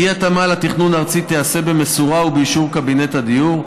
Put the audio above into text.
אי-התאמה לתכנון הארצי תיעשה במשורה ובאישור קבינט הדיור.